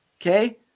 Okay